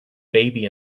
baby